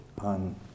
on